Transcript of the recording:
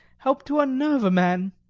help to unnerve a man.